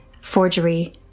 forgery